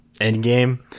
endgame